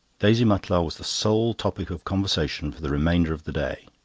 daisy mutlar was the sole topic of conversation for the remainder of the day.